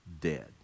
dead